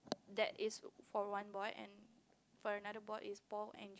that is for one board and for another board is Paul and